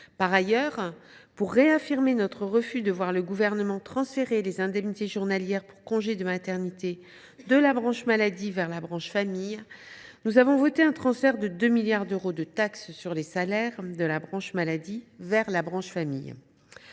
Par ailleurs, pour réaffirmer notre refus de voir le Gouvernement transférer les indemnités journalières pour congé de maternité, nous avons voté le transfert de 2 milliards d’euros de taxe sur les salaires de la branche maladie vers la branche famille.